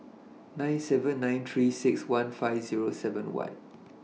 nine seven nine three six one five Zero seven one